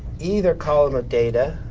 either column or data,